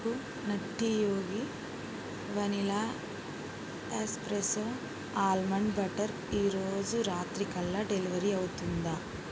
నాకు Nutty Yogi vanilla espresso almond butter ఈరోజు రాత్రికల్లా డెలివరి అవుతుందా